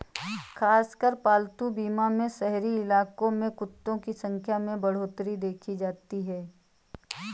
खासकर पालतू बीमा में शहरी इलाकों में कुत्तों की संख्या में बढ़ोत्तरी देखी जाती है